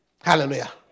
Hallelujah